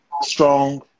strong